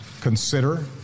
consider